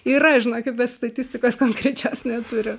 yra žinokit bet statistikas konkrečios neturiu